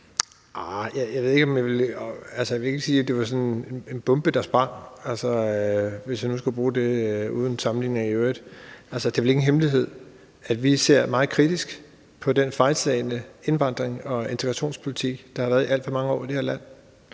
jeg vil ikke sige, at det var sådan en bombe, der sprang, hvis jeg nu skal bruge det udtryk – uden sammenligninger i øvrigt. Altså, det er vel ikke en hemmelighed, at vi ser meget kritisk på den fejlslagne indvandrings- og integrationspolitik, der har været i alt for mange år i det her land,